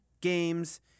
games